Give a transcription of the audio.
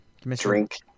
drink